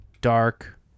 dark